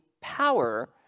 power